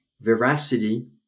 veracity